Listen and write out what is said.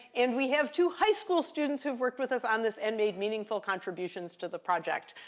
and we have two high school students who've worked with us on this and made meaningful contributions to the project.